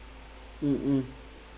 mm mm